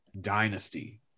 dynasty